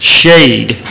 shade